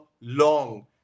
long